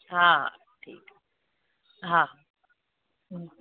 हा ठीक आ हा हूं